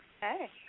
Hey